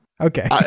Okay